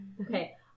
Okay